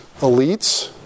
elites